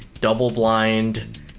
double-blind